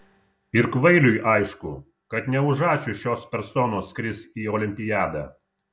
ir kvailiui aišku kad ne už ačiū šios personos skris į olimpiadą